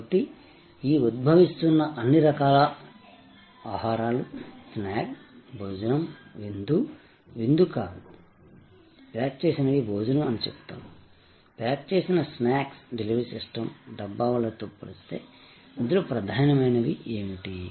కాబట్టి ఈ ఉద్భవిస్తున్న అన్ని రకాల ఆహారాలు స్నాక్స్ భోజనం విందు విందు కాదు ప్యాక్ చేసిన భోజనం అని చెబుతాను ప్యాక్ చేసిన స్నాక్స్ డెలివరీ సిస్టమ్ డబ్బావాలాతో పోలిస్తే ఇందులో ప్రధానమైనవి ఏమిటి